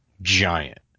giant